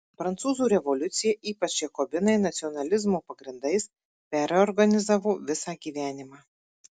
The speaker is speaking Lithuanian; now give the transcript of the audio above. prancūzų revoliucija ypač jakobinai nacionalizmo pagrindais perorganizavo visą gyvenimą